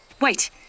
Wait